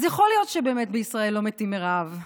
אז יכול להיות שבאמת בישראל לא מתים מרעב,